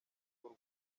bw’u